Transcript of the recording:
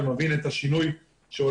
ו-(ב) בשינויים המחויבים, ובשינוי זה: